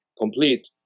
complete